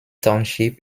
township